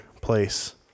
place